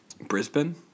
Brisbane